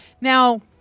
Now